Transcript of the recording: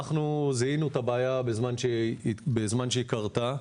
זיהינו את הבעיה בזמן שהיא קרתה.